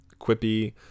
quippy